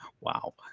Wow